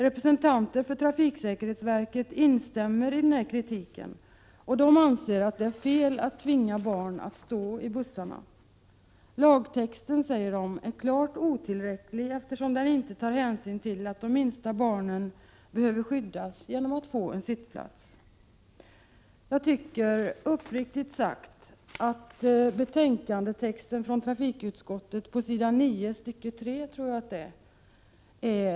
Representanter för trafiksäkerhetsverket instämmer i den här kritiken och anser att det är fel att tvinga barn att stå i bussarna. Lagtexten, säger de, är klart otillräcklig, eftersom den inte tar hänsyn till att de minsta barnen behöver skyddas genom att få sittplats. Jag tycker uppriktigt sagt att texten i trafikutskottets betänkande 5, s. 9, stycket 3, är anmärkningsvärd. Där = Prot.